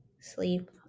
sleep